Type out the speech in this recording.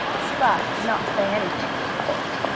splash did not say anything, of course.